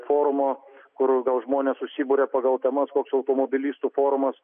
forumo kur gal žmonės susiburia pagal temas koks automobilistų forumas